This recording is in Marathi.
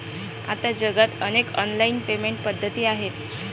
आता जगात अनेक ऑनलाइन पेमेंट पद्धती आहेत